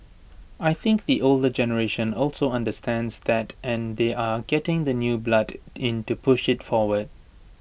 I think the older generation also understands that and they are getting the new blood in to push IT forward